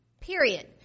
period